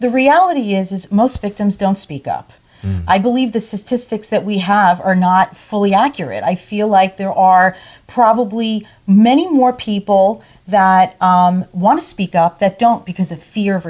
the reality is most victims don't speak up i believe this is just fix that we have are not fully accurate i feel like there are probably many more people that want to speak up that don't because of fear of